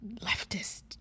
leftist